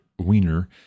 Wiener